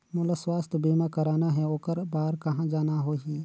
मोला स्वास्थ बीमा कराना हे ओकर बार कहा जाना होही?